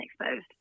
exposed